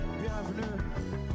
Bienvenue